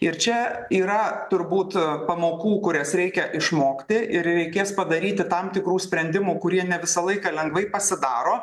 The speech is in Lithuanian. ir čia yra turbūt pamokų kurias reikia išmokti ir reikės padaryti tam tikrų sprendimų kurie ne visą laiką lengvai pasidaro